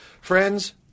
Friends